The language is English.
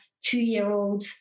two-year-old